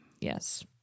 Yes